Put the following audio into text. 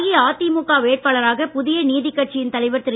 அஇஅதிமுக வேட்பாளராக புதிய நீதிக்கட்சியின் தலைவர் திரு